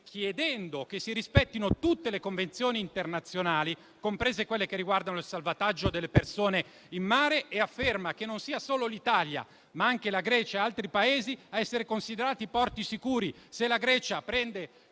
chiedendo che si rispettino tutte le convenzioni internazionali, comprese quelle che riguardano il salvataggio delle persone in mare, e affermando che non sia solo l'Italia, ma anche la Grecia e gli altri Paesi a essere considerati porti sicuri.